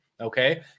okay